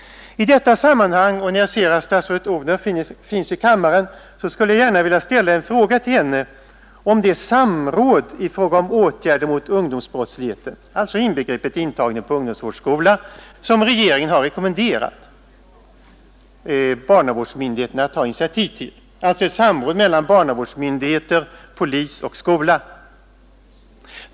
I detta sammanhang och när jag ser att statsrådet Odhnoff finns i kammaren skulle jag gärna vilja ställa ett par frågor till statsrådet beträffande det samråd mellan barnavårdsmyndigheter, polis och skola i fråga om åtgärder mot ungdomsbrottsligheten — alltså inbegripet intagning på ungdomsvårdsskola — som regeringen har rekommenderat barnavårdsmyndigheterna att ta initiativ till.